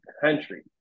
country